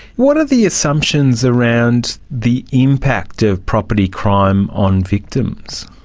what are the assumptions around the impact of property crime on victims?